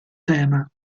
tema